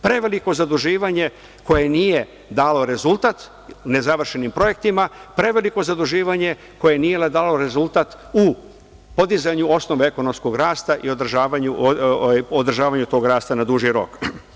Preveliko zaduživanje koje nije dalo rezultat nezavršenim projektima, preveliko zaduživanje koje nije dalo rezultat u podizanju osnove ekonomskog rasta i održavanju tog rasta na duži rok.